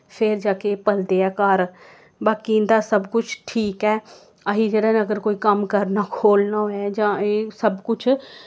फेर जा के पलदे ऐ घर बाकी इं'दा सब कुछ ठीक ऐ असें जेह्ड़ा अगर जेह्ड़ा कोई कम्म करना खोह्लना होए जां एह् सब कुछ